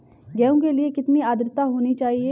गेहूँ के लिए कितनी आद्रता होनी चाहिए?